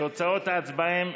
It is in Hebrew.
מאיר כהן,